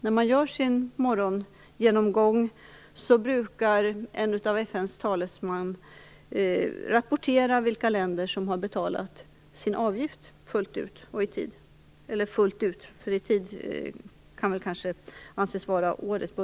När man gör sin morgongenomgång brukar en av FN:s talesmän rapportera vilka länder som har betalat sin avgift fullt ut.